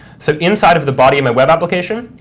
so inside of the body of my web application,